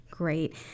Great